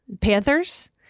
Panthers